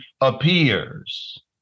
appears